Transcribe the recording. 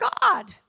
god